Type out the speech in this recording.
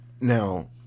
Now